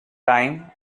time